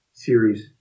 series